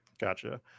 Gotcha